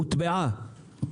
הטבעה.